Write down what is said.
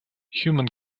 human